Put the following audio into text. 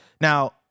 Now